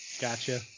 Gotcha